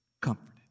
comforted